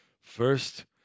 first